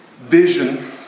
vision